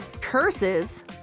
Curses